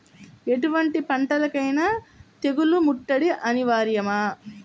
ఎటువంటి పంటలకైన తెగులు ముట్టడి అనివార్యమా?